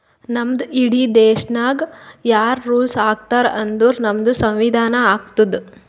ನಮ್ದು ಇಡೀ ದೇಶಾಗ್ ಯಾರ್ ರುಲ್ಸ್ ಹಾಕತಾರ್ ಅಂದುರ್ ನಮ್ದು ಸಂವಿಧಾನ ಹಾಕ್ತುದ್